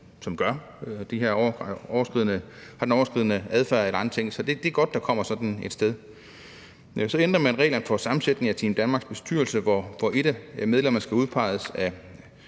som har den her overskridende adfærd eller andre ting. Så det er godt, at der kommer sådan et sted. Så ændrer man reglerne for sammensætningen af Team Danmarks bestyrelse, hvor et af medlemmerne skal udpeges af